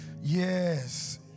yes